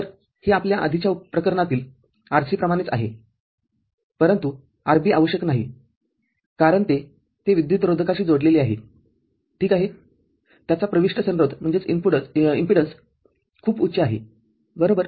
तरहे आपल्या आधीच्या प्रकरणातील RC प्रमाणेच आहेपरंतु RB आवश्यक नाही कारण ते ते विद्युतरोधकाशी जोडलेले आहेठीक आहे त्याचा प्रविष्ट संरोधखूप उच्च आहे बरोबर